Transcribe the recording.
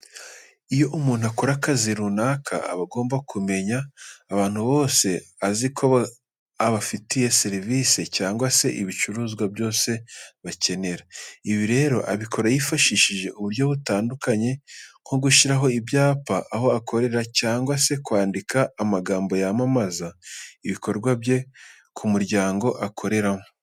Iyo umuntu akora akazi runaka, aba agomba kumenyesha abantu bose azi ko abafitiye serivise cyangwa se ibicuruzwa byose bakenera. Ibi rero abikora yifashishije uburyo butandukanye nko gushyira ibyapa aho akorera cyangwa se kwandika amagambo yamamaza ibikorwa bye ku muryango akoreramo.